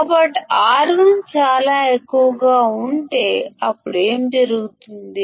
కాబట్టి R1 చాలా ఎక్కువగా ఉంటే అప్పుడు ఏమి జరుగుతుంది